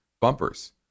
bumpers